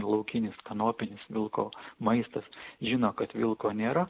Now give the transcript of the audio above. laukinis kanopinis vilko maistas žino kad vilko nėra